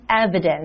evidence